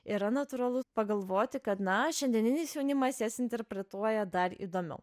yra natūralu pagalvoti kad na šiandieninis jaunimas jas interpretuoja dar įdomiau